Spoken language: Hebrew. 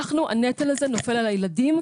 הנטל הזה נופל על הילדים,